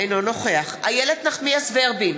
אינו נוכח איילת נחמיאס ורבין,